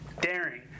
Daring